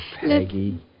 Peggy